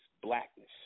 blackness